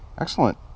Excellent